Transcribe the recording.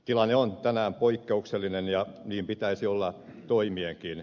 tilanne on tänään poikkeuksellinen ja niin pitäisi olla toimienkin